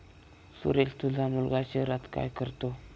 सुरेश तुझा मुलगा शहरात काय करतो